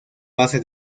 base